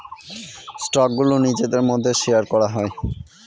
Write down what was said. স্টকগুলো নিজেদের মধ্যে শেয়ার করা হয়